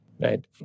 Right